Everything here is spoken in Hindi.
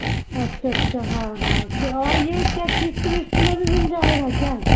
अच्छा अच्छा हाँ हाँ और ये क्या किस्त विस्त में भी मिल जाएगा क्या